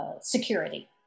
security